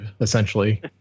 essentially